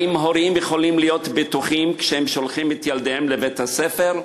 האם הורים יכולים להיות בטוחים כשהם שולחים את ילדיהם לבית-הספר?